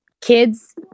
kids